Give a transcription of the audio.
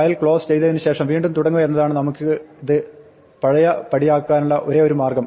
file close ചെയ്തതിന് ശേഷം വീണ്ടും തുടങ്ങുക എന്നതാണ് നമുക്കിത് പഴയ പടിയാക്കാനുള്ള ഒരേ ഒരു മാർഗ്ഗം